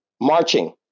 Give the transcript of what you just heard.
Marching